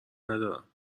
ندارم